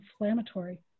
inflammatory